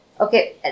Okay